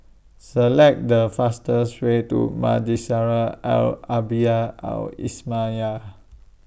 Select The fastest Way to Madrasah Al Arabiah Al Islamiah